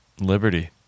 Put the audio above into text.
Liberty